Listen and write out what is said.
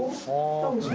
phone